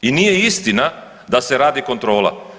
I nije istina da se radi kontrola.